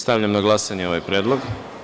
Stavljam na glasanje ovaj predlog.